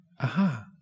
Aha